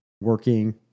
working